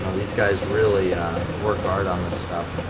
these guys really worked hard on this stuff